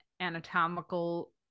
anatomical